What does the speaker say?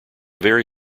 very